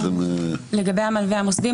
לגבי המלווה המוסדי,